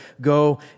go